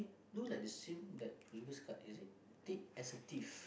look like the same like previous card is it thick as a thief